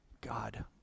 God